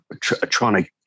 trying